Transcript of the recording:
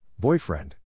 Boyfriend